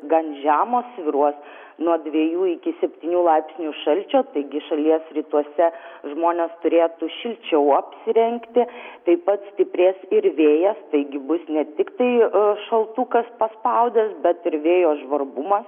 gan žemos svyruos nuo dviejų iki septynių laipsnių šalčio taigi šalies rytuose žmonės turėtų šilčiau apsirengti taip pat stiprės ir vėjas taigi bus ne tiktai šaltukas paspaudęs bet ir vėjo žvarbumas